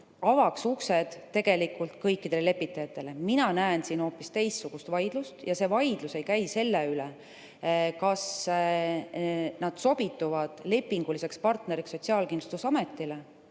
avaks uksed tegelikult kõikidele lepitajatele. Mina näen siin hoopis teistsugust vaidlust ja see vaidlus ei käi selle üle, kas nad sobituvad lepinguliseks partneriks Sotsiaalkindlustusametile